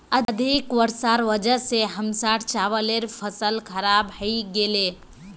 अधिक वर्षार वजह स हमसार चावलेर फसल खराब हइ गेले